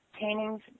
paintings